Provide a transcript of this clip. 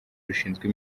rushinzwe